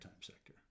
sector